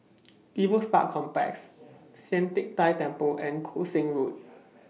People's Park Complex Sian Teck Tng Temple and Koon Seng Road